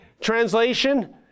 Translation